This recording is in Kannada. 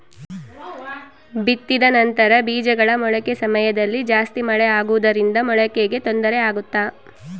ಬಿತ್ತಿದ ನಂತರ ಬೇಜಗಳ ಮೊಳಕೆ ಸಮಯದಲ್ಲಿ ಜಾಸ್ತಿ ಮಳೆ ಆಗುವುದರಿಂದ ಮೊಳಕೆಗೆ ತೊಂದರೆ ಆಗುತ್ತಾ?